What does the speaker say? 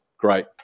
Great